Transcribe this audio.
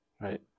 Right